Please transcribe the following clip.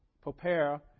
prepare